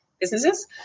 businesses